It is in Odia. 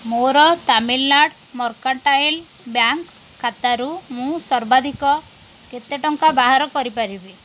ମୋର ତାମିଲନାଡ଼ୁ ମର୍କାଟାଇଲ୍ ବ୍ୟାଙ୍କ୍ ଖାତାରୁ ମୁଁ ସର୍ବାଧିକ କେତେ ଟଙ୍କା ବାହାର କରିପାରିବି